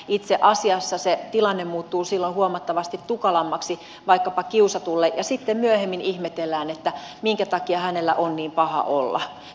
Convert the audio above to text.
itse asiassa se tilanne muuttuu silloin huomattavasti tukalammaksi vaikkapa kiusatulle ja sitten myöhemmin ihmetellään minkä takia hänellä on niin paha olla